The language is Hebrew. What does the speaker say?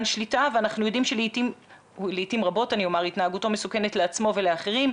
שליטה ואנחנו יודעים שלעתים רבות התנהגותו מסוכנת לעצמו ולאחרים.